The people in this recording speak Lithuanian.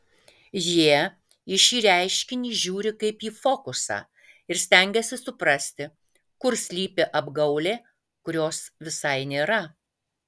jie į šį reiškinį žiūri kaip į fokusą ir stengiasi suprasti kur slypi apgaulė kurios visai nėra